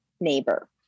neighbor